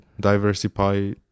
diversify